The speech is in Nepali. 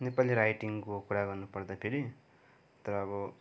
नेपाली राइटिङको कुरा गर्नु पर्दाखेरि तर अब